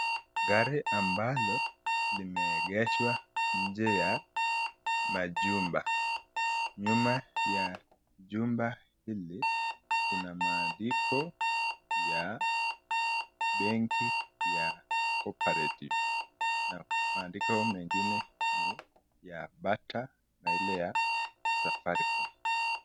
Gari ambalo limeegeshwa nje ya majumba. Nyuma ya jumba hili kuna maandiko ya benki ya [cooperative], maandiko mengine ya Bata na yale ya Safaricom.